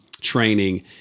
training